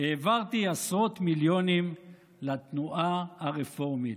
העברתי עשרות מיליונים לתנועה הרפורמית,